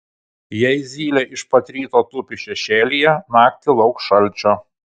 jei zylė iš pat ryto tupi šešėlyje naktį lauk šalčio